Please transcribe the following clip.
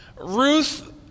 Ruth